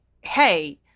hey